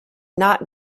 not